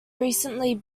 recently